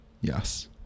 yes